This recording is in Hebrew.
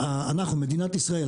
מדינת ישראל,